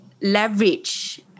leverage